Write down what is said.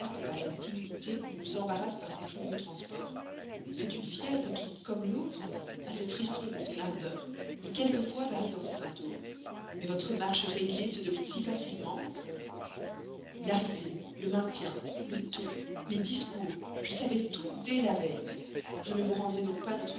par sa timidité ou vous embarrasse par ses fougueux transports c'est une fièvre qui comme l'autre a ses frissons son ardeur quelquefois varie dans ses symptômes mais votre marche réglée se devine si facilement l'arrivée le maintien le ton les discours je savais tout dès la veille je ne vous rendrai donc pas notre